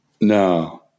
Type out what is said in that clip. No